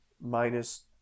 minus